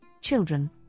children